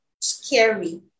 scary